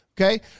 Okay